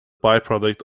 byproduct